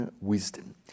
wisdom